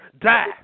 die